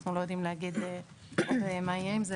אנחנו לא יודעים להגיד עוד מה יהיה עם זה,